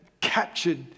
captured